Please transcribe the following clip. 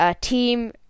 team